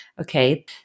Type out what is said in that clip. Okay